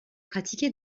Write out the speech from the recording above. pratiquée